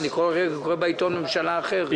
בכל רגע אני קורא בעיתון על ממשלה אחרת.